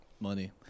Money